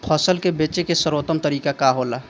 फसल के बेचे के सर्वोत्तम तरीका का होला?